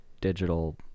digital